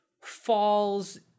falls